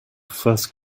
first